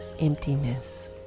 emptiness